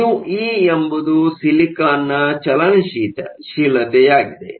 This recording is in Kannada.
μe ಎಂಬುದು ಸಿಲಿಕಾನ್ನ ಚಲನಶೀಲತೆಯಾಗಿದೆ